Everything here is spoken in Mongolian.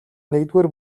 нэгдүгээр